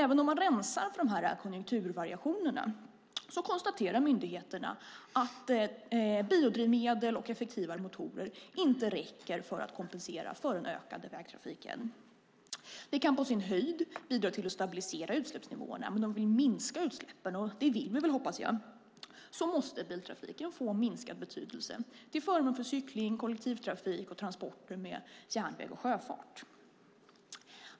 Även om man rensar för konjunkturvariationerna konstaterar myndigheterna att biodrivmedel och effektivare motorer inte räcker för att kompensera för den ökande vägtrafiken. Det kan på sin höjd bidra till att stabilisera utsläppsnivåerna, men om vi vill minska utsläppen - och det vill vi väl - måste biltrafiken få minskad betydelse till förmån för cykling, kollektivtrafik och transporter med järnväg och sjöfart.